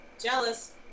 Jealous